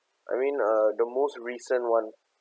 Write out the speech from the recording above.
I mean uh the most recent one